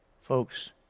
Folks